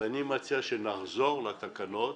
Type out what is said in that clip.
אני מציע שנחזור לדון בתקנות